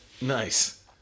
Nice